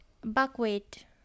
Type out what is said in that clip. Buckwheat